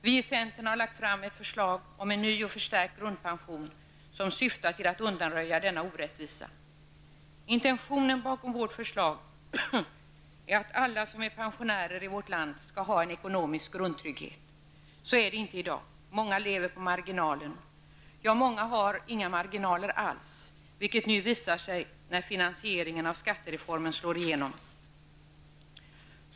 Vi i centern har lagt fram ett förslag om en ny och förstärkt grundpension, som syftar till att undanröja denna orättvisa. Intentionen bakom vårt förslag är att alla pensionärer i vårt land skall ha en ekonomisk grundtrygghet. Så är det inte i dag. Många lever på marginalen och många har inga marginaler alls. Det visar sig nu när finansieringen av skattereformen slår igenom.